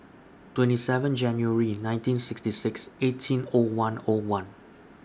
twenty seven January nineteen sixty six eighteen O one O one